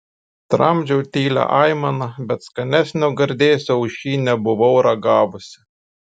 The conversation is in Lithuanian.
tramdžiau tylią aimaną bet skanesnio gardėsio už šį nebuvau ragavusi